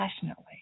passionately